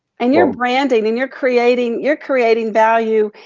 and you're branding and you're creating you're creating value,